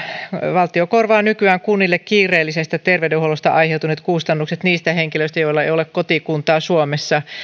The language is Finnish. valtio korvaa nykyään kunnille kiireellisestä terveydenhuollosta aiheutuneet kustannukset niistä henkilöistä joilla ei ole kotikuntaa suomessa ja